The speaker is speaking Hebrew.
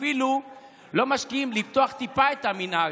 אפילו לא משקיעים לפתוח טיפה את המנעד.